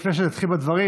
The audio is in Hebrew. לפני שתתחיל בדברים,